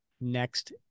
next